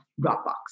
Dropbox